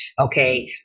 okay